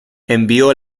envió